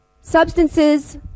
substances